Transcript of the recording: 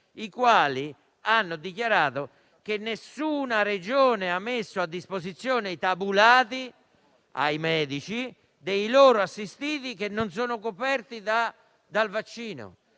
i quali hanno dichiarato che nessuna Regione ha messo a disposizione dei medici i tabulati dei loro assistiti che non sono coperti dal vaccino;